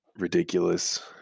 Ridiculous